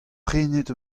prenet